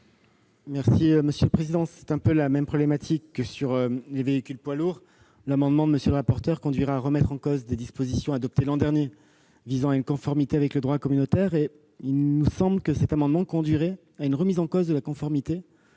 du Gouvernement ? C'est un peu la même problématique que celle des véhicules poids lourds. L'amendement de M. le rapporteur général conduira à remettre en cause des dispositions adoptées l'an dernier visant à une conformité avec le droit communautaire. Il nous semble que cet amendement conduirait à une remise en cause de la conformité,